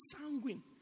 sanguine